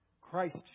Christ